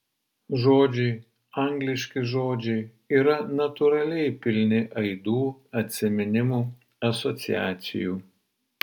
žodžiai angliški žodžiai yra natūraliai pilni aidų atsiminimų asociacijų